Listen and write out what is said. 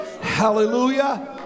Hallelujah